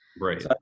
Right